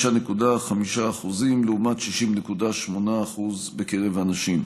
65.5% לעומת 60.8% בקרב הנשים.